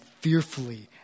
fearfully